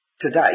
today